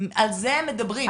על זה הם מדברים.